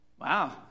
wow